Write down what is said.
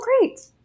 great